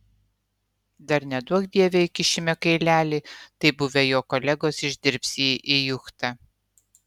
dar neduok dieve įkišime kailelį tai buvę jo kolegos išdirbs jį į juchtą